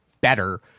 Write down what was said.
better